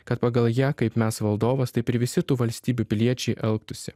kad pagal ją kaip mes valdovas taip ir visi tų valstybių piliečiai elgtųsi